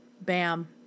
bam